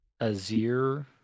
Azir